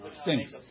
stinks